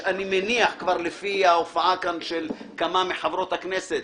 אני מניח, כבר לפי ההופעה של כמה מחברות הכנסת,